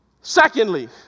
Secondly